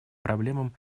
проблемам